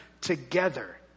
together